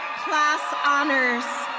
clas honors.